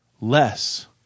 less